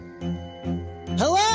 Hello